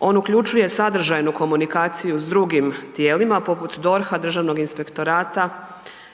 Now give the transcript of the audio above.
on uključuje sadržajnu komunikaciju s drugim tijelima poput DORH-a, Državnog inspektorata,